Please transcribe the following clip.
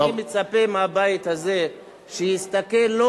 אני מצפה מהבית הזה שיסתכל לא